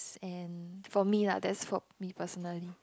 and for me lah that's for me personally